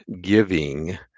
giving